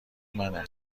منه